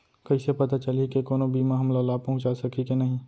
कइसे पता चलही के कोनो बीमा हमला लाभ पहूँचा सकही के नही